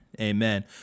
Amen